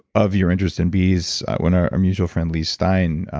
of your interest in bees when our mutual friend lee stein,